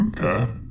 Okay